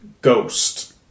ghost